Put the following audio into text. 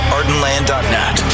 Ardenland.net